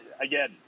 Again